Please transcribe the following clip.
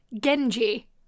Genji